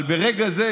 אבל ברגע זה,